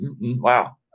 Wow